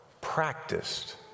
practiced